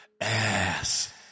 ass